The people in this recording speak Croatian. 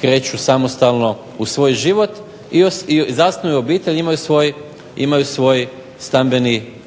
kreću samostalno u svoj život, zasnuju obitelj i imaju svoj stambeni prostor